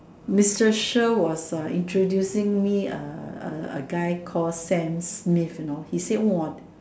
Mister sure was a introducing me a a guy called Sam-Smith you know he say !wah!